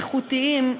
איכותיים,